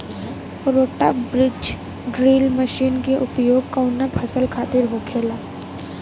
रोटा बिज drill machine के उपयोग कऊना फसल खातिर होखेला?